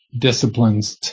disciplines